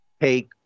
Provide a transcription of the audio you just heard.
take